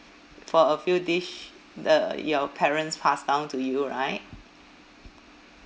for a few dish the your parents passed down to you right